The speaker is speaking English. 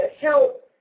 help